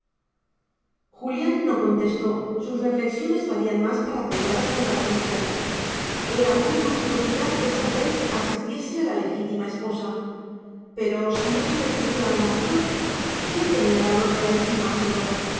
julián no contestó sus reflexiones valían más para calladas que para dichas era una monstruosidad que sabel asistiese a la legítima esposa pero si no se le ocurría al marido quién tenía valor para insinuárselo